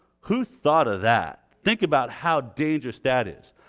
who thought of that? think about how dangerous that is.